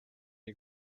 you